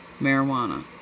marijuana